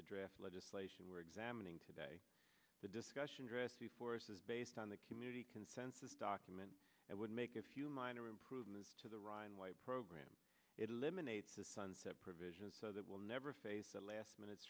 the draft legislation we're examining today the discussion dressy forces based on the community consensus document that would make a few minor improvements to the ryan white program it eliminates a sunset provision so that will never face a last minute